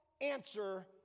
answer